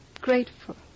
grateful